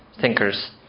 thinkers